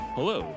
Hello